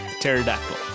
Pterodactyl